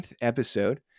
episode